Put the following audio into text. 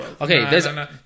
Okay